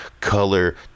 color